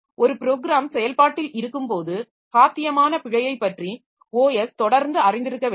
ஒரு ப்ரோகிராம் செயல்பாட்டில் இருக்கும்போது சாத்தியமான பிழையைப் பற்றி OS தொடர்ந்து அறிந்திருக்க வேண்டும்